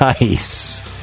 Nice